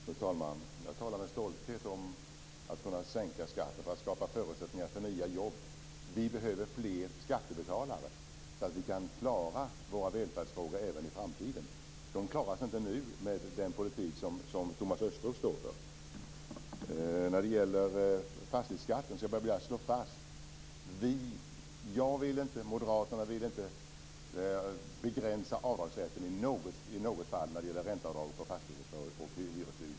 Fru talman! Jag talar med stolthet om att kunna sänka skatten för att skapa förutsättningar för nya jobb. Vi behöver fler skattebetalare så att vi kan klara våra välfärdsfrågor även i framtiden. De klaras inte nu med den politik som Thomas Östros står för. Jag skall be att få slå fast att jag och Moderaterna inte vill begränsa avdragsrätten i något fall när det gäller ränteavdraget på fastigheter, hyreshus och liknande.